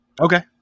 Okay